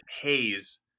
haze